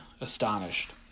astonished